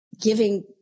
giving